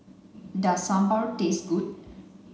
does Sambar taste good